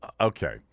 okay